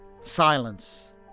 Silence